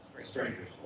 stranger's